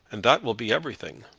and that will be everything.